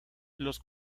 los